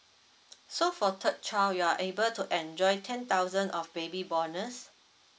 so for third child you are able to enjoy ten thousand of baby bonus